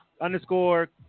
underscore